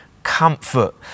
Comfort